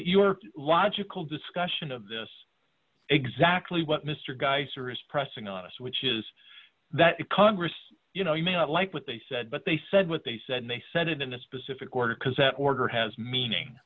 isn't your logical discussion of this exactly what mister geiser is pressing on this which is that the congress you know you may not like what they said but they said what they said they said it in a specific order because that order has meaning